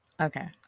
Okay